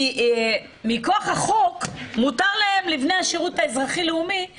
מכוח החוק מותר להם לפני השירות האזרחי לאומי לעבוד,